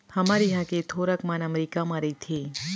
हमर इहॉं के थोरक मन अमरीका म रइथें